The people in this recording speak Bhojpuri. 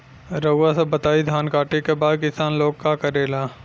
रउआ सभ बताई धान कांटेके बाद किसान लोग का करेला?